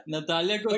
Natalia